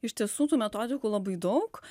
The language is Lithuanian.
iš tiesų tų metodikų labai daug